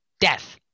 death